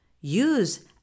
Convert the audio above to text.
Use